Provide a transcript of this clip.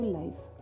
life